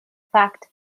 fact